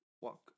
walk